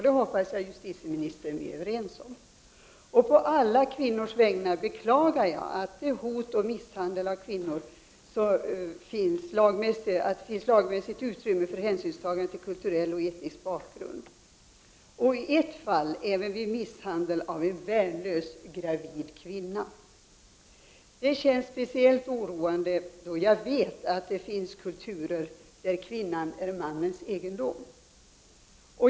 Det hoppas jag att justitieministern håller med om. På alla kvinnors vägnar beklagar jag att det vid hot och misshandel av kvinnor finns lagmässigt utrymme för hänsynstagande till kulturell och etnisk bakgrund. I ett fall gällde misshandeln en värnlös gravid kvinna. Det känns speciallt oroande, då jag vet att det finns kulturer där kvinnan är mannens egendom.